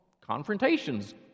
confrontations